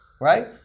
Right